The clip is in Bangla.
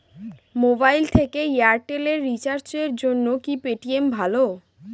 মোবাইল থেকে এয়ারটেল এ রিচার্জের জন্য কি পেটিএম ভালো?